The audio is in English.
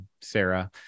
Sarah